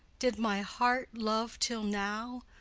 did my heart love till now?